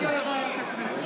מעמד האישה.